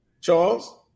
Charles